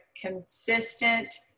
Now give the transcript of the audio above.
consistent